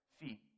feet